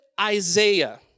Isaiah